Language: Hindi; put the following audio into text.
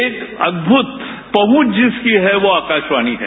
एक अदभूत पहुंच जिसकी है वो आकाशवाणी है